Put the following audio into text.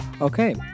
Okay